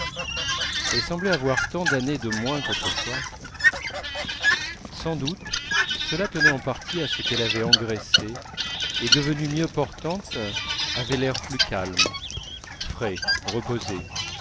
elle semblait avoir tant d'années de moins qu'autrefois sans doute cela tenait en partie à ce qu'elle avait engraissé et devenue mieux portante avait l'air plus calme frais reposé